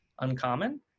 uncommon